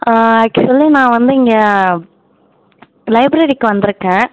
actually நான் வந்து இங்கே லைப்ரரிக்கு வந்திருக்கேன்